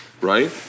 right